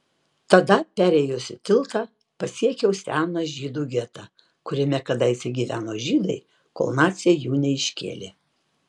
tada perėjusi tiltą pasiekiau seną žydų getą kuriame kadaise gyveno žydai kol naciai jų neiškėlė